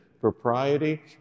propriety